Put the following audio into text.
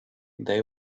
they